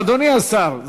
אדוני השר,